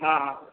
हां हां